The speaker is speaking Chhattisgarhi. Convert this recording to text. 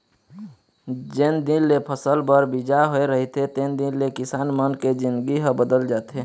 जेन दिन ले फसल बर बीजा बोय रहिथे तेन दिन ले किसान मन के जिनगी ह बदल जाथे